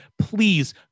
please